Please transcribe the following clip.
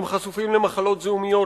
הם חשופים למחלות זיהומיות,